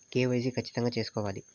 KYC ఖచ్చితంగా సేసుకోవాలా